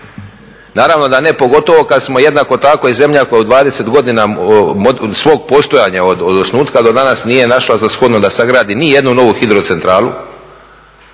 Naravno da ne, pogotovo kada smo jednako tako i zemlja koja u 20 godina svog postojanja od osnutka do danas nije našla za shodno da sagradi nijednu novu hidrocentralu,